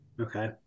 Okay